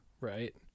right